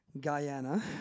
Guyana